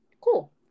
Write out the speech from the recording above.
Cool